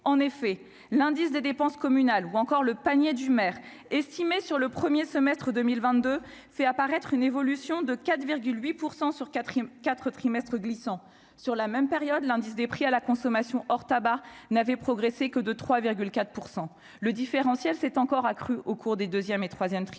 en effet, l'indice des dépenses communales ou encore le panier du maire estimé sur le 1er semestre 2022 fait apparaître une évolution de 4 8 % sur quatrième 4 trimestres glissants sur la même période l'indice des prix à la consommation hors tabac n'avait progressé que de 3 4 % le différentiel s'est encore accru au cours des 2ème et 3ème trimestres